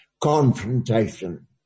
confrontation